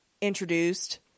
introduced